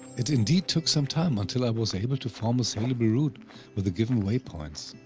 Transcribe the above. it indeed took some time, until i was able to form a sailable route with the given waypoints.